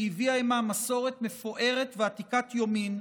שהביאה עימה מסורת מפוארת ועתיקת יומין,